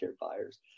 buyers